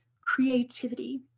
creativity